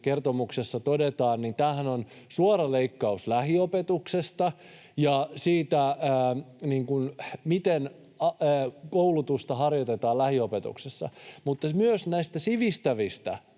kertomuksessa todetaan, tämähän on nyt suora leikkaus lähiopetuksesta, siitä, miten koulutusta harjoitetaan lähiopetuksessa, mutta myös näistä sivistävistä